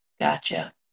Gotcha